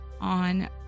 on